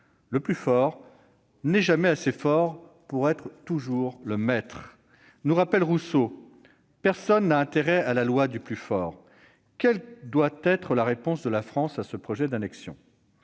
Le plus fort n'est jamais assez fort pour être toujours le maître », nous rappelle Rousseau. Personne n'a intérêt à la loi du plus fort ! Alors, quelle doit être la réponse de la France à ce projet d'annexion ?